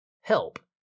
help